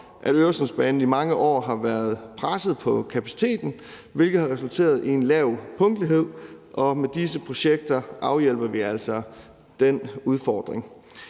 at Øresundsbanen i mange år har været presset på kapaciteten, hvilket har resulteret i en lav punktlighed, og med disse projekter afhjælper vi altså den udfordring.